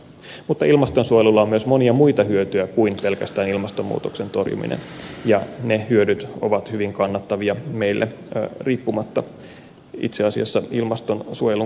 mutta ilmastonsuojelulla on myös monia muita hyötyjä kuin pelkästään ilmastonmuutoksen torjuminen ja ne hyödyt ovat hyvin kannattavia meille riippumatta itse asiassa ilmastonsuojelun kohtalosta